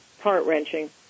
heart-wrenching